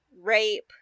rape